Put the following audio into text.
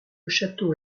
château